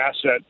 asset